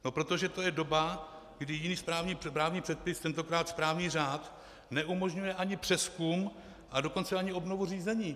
No protože to je doba, kdy jiný právní předpis, tentokrát správní řád, neumožňuje ani přezkum, a dokonce ani obnovu řízení.